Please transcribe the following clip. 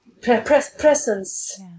Presence